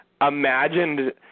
imagined